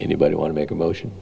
anybody want to make a motion